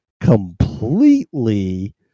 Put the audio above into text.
completely